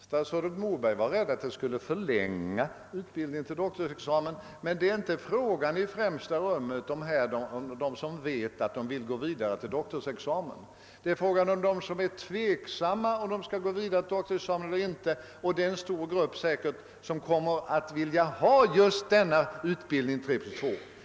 Statsrådet Moberg var rädd för att utbildningen fram till doktorsexamen skulle förlängas härigenom, men det är i främsta rummet inte fråga om dem som vet att de vill gå vidare till doktorsexamen, saken gäller dels dem som är tveksamma om huruvida de skall fortsätta fram till doktorsexamen eller inte, och dels en stor grupp som vill ha just utbildningen tre plus två år.